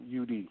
UD